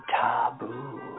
taboo